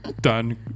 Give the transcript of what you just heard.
done